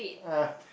uh